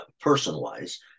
person-wise